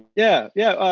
yeah, yeah.